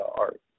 art